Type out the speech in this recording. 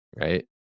right